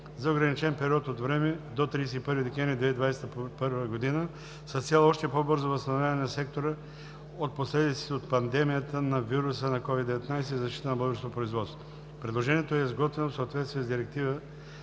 за ограничен период от време – до 31 декември 2021 г., с цел още по-бързо възстановяване на сектора от последиците от пандемията на вируса на COVID-19 и защита на българското производство. Предложението е изготвено в съответствие с Директива